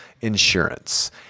insurance